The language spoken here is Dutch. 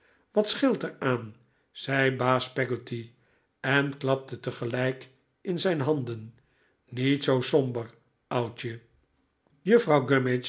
wat scheelt er aan zei baas peggotty en klapte tegelijk in zijn handen niet zoo somber oudje juffrouw